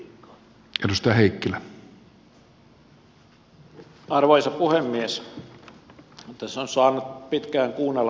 tässä on saanut pitkään kuunnella tätä keskustelua